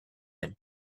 him